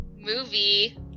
movie